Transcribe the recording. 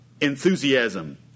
enthusiasm